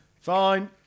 Fine